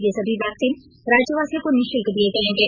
ये सभी वैक्सीन राज्यवासियों को निःशुल्क दिये जायेंगे